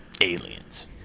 Aliens